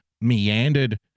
meandered